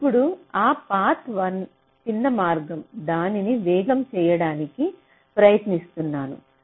ఇప్పుడు ఆ పాత్ 1 చిన్న మార్గం దానిని వేగంగా చేయడానికి ప్రయత్నిస్తున్నాము